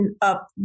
up